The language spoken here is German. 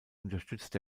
unterstützt